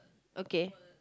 okay